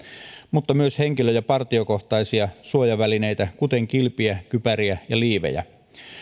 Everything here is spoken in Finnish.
mutta myös henkilö ja partiokohtaisia suojavälineitä kuten kilpiä kypäriä ja liivejä